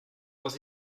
aus